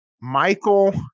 Michael